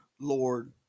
Lord